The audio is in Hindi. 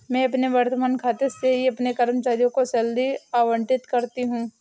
मैं अपने वर्तमान खाते से ही अपने कर्मचारियों को सैलरी आबंटित करती हूँ